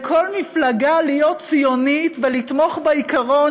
לכל מפלגה להיות ציונית ולתמוך בעיקרון